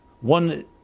One